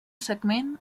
segment